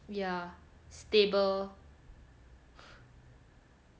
ya stable